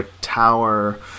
Tower